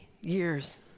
years